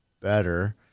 better